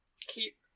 keep